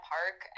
Park